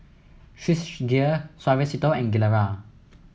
Swissgear Suavecito and Gilera